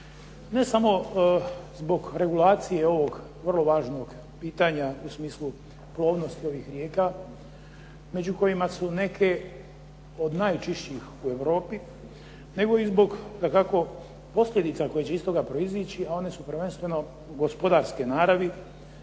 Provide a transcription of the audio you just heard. Ne samo zbog regulacije ovog vrlo važnog pitanja u smislu plovnosti ovih rijeka, među kojima su neke od najčišćih u Europi, nego i zbog dakako posljedica koje će iz toga proizići, a one su prvenstveno gospodarske naravi,